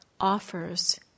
offers